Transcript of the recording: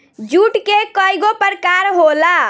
जुट के कइगो प्रकार होला